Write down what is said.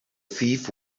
thief